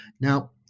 Now